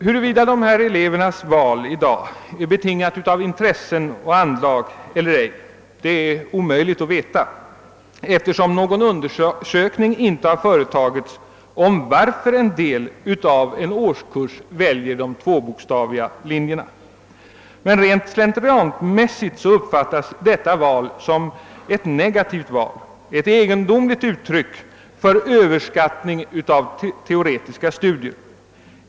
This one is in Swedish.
Huruvida dessa elevers val i dag är betingat av intressen och anlag eller ej är omöjligt att veta, eftersom någon undersökning inte företagits om varför en del av en årskurs väljer de tvåbokstaviga linjerna. Men rent slentrianmässigt uppfattas detta val som ett negativt val. Det är ett egendomligt uttryck för överskattning av teoretiska studier.